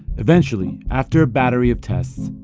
eventually, after a battery of tests,